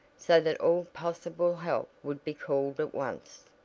so that all possible help would be called at once.